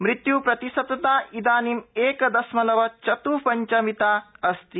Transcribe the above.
मृत्युप्रतिशतता इदानी एक दशमलव चत्ः संच मिता अस्ति